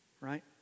right